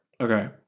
Okay